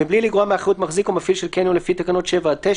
"10.מבלי לגרוע מאחריות מחזיק או מפעיל של קניון לפי תקנות 7 עד 9,